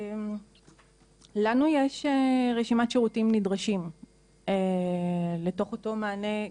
לנו יש רשימת שירותים נדרשים בתוך אותו מענה,